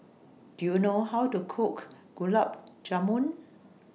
Do YOU know How to Cook Gulab Jamun